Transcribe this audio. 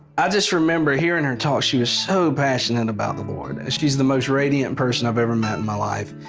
i just remember hearing her talk. she was so passionate and about the lord. she is the most radiant person i've met in my life.